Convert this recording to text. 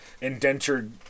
indentured